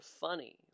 funny